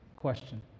question